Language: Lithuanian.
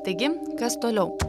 taigi kas toliau